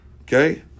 okay